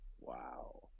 Wow